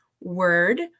word